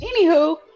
Anywho